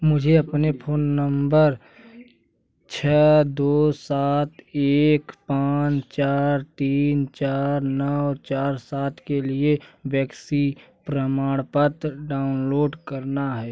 मुझे अपने phone number छः दो सात एक पाँच चार तीन चार नौ चार सात के लिए वैक्सी प्रमाणपत्र डाउनलोड करना है